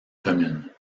communes